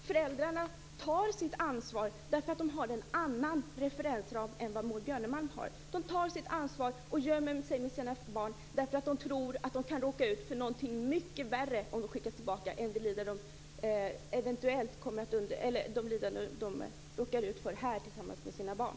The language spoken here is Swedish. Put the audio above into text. Föräldrarna tar sitt ansvar därför att de har en annan referensram än vad Maud De tar sitt ansvar och gömmer sig med sina barn därför att de tror att de kan råka ut för någonting mycket värre om de skickas tillbaka än de lidanden de råkar ut för här tillsammans med sina barn.